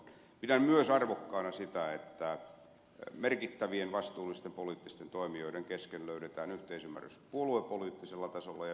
pidän myös arvokkaana sitä että merkittävien vastuullisten poliittisten toimijoiden kesken löydetään yhteisymmärrys puoluepoliittisella tasolla ja se on löytynyt